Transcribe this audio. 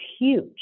huge